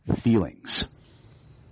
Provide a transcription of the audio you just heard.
feelings